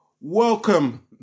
welcome